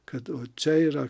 kad čia yra